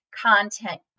content